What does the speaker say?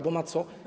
Bo ma co?